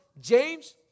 James